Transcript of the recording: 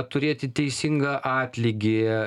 turėti teisingą atlygį